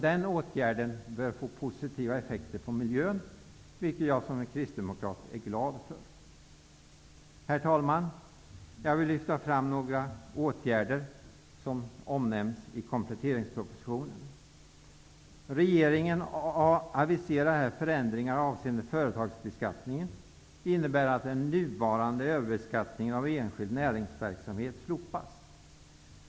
Den åtgärden bör få positiva effekter på miljön, vilket jag som kristdemokrat är glad för. Herr talman! Jag vill lyfta fram några åtgärder som omnämns i kompletteringspropositionen. Regeringen har aviserat förändringar avseende företagsbeskattningen. Det innebär att den nuvarande överbeskattningen av enskild näringsverksamhet slopas.